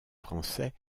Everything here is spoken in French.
français